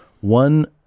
One